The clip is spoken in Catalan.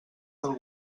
del